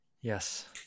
Yes